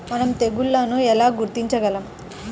మనం తెగుళ్లను ఎలా గుర్తించగలం?